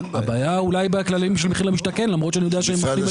הבעיה אולי בכללים של מחיר למשתכן,